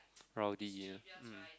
rowdy ah mm